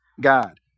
God